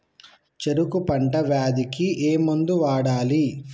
చెరుకు పంట వ్యాధి కి ఏ మందు వాడాలి?